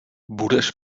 budeš